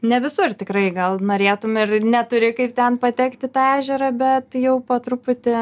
ne visur tikrai gal norėtum ir neturi kaip ten patekt į tą ežerą bet jau po truputį